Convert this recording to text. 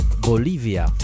Bolivia